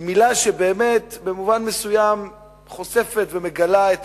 והיא מלה שבמובן מסוים חושפת ומגלה את